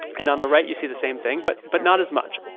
and on the right, you see the same thing but but not as much.